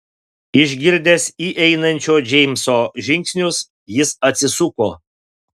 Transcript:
išgirdęs įeinančio džeimso žingsnius jis atsisuko